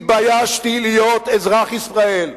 התביישתי להיות אזרח ישראל,